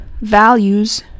values